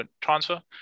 transfer